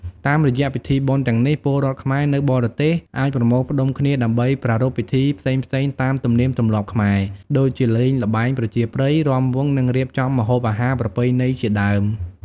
តាមរយៈពិធីបុណ្យទាំងនេះ ពលរដ្ឋខ្មែរនៅបរទេសអាចប្រមូលផ្តុំគ្នាដើម្បីប្រារព្ធពិធីផ្សេងៗតាមទំនៀមទម្លាប់ខ្មែរ ដូចជាលេងល្បែងប្រជាប្រិយ, រាំវង់, និងរៀបចំម្ហូបអាហារប្រពៃណីជាដើម។